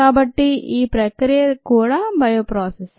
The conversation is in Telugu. కాబట్టి ఈ ప్రక్రియ కూడా బయో ప్రాసెస్ ే